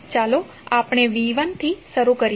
ચાલો આપણે v1 થી શરૂ કરીએ